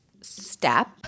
step